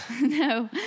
No